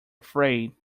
afraid